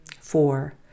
Four